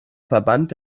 verband